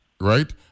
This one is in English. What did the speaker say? right